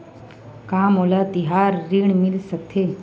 का मोला तिहार ऋण मिल सकथे?